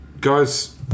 Guys